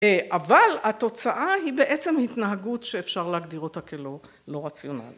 אבל התוצאה היא בעצם התנהגות שאפשר להגדיר אותה כלא רציונלית.